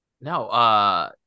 No